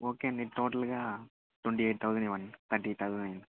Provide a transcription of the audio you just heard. okay అండి టోటల్గా twenty eight thousand ఇవ్వండి థర్టీ ఎయిట్ థౌసండ్ అయింది